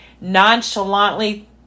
nonchalantly